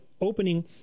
opening